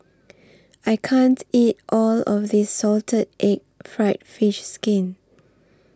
I can't eat All of This Salted Egg Fried Fish Skin